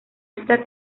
está